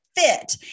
fit